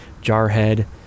jarhead